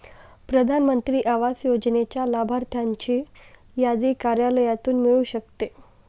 प्रधान मंत्री आवास योजनेच्या लाभार्थ्यांची यादी कार्यालयातून मिळू शकते